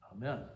amen